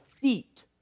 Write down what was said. feet